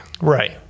Right